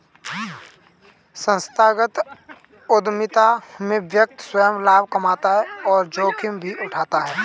संस्थागत उधमिता में व्यक्ति स्वंय लाभ कमाता है और जोखिम भी उठाता है